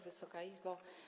Wysoka Izbo!